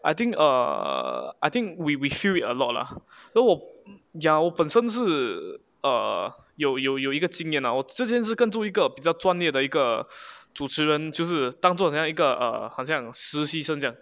I think err I think we feel it a lot lah 如果我 ya 我本身是有有有一个经验 lah 我之前是跟住一个比较专业的一个主持人就是当作那样一个 err 好像实习生将